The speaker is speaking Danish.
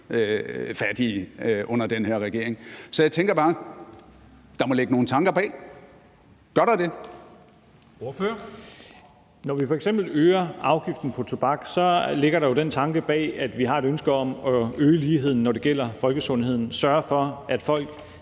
fattig under den her regering. Så jeg tænker bare, at der må ligge nogle tanker bag. Gør der det? Kl. 09:50 Formanden : Ordføreren. Kl. 09:50 Rasmus Stoklund (S) : Når vi f.eks. øger afgiften på tobak, ligger der jo den tanke bag, at vi har et ønske om at øge ligheden, når det gælder folkesundheden, og sørge for, at folk